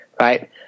right